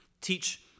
teach